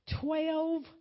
twelve